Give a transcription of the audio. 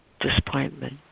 disappointment